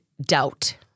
Doubt